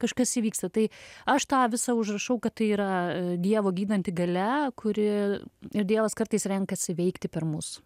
kažkas įvyksta tai aš tą visą užrašau kad tai yra dievo gydanti galia kuri ir dievas kartais renkasi veikti per mus